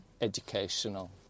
educational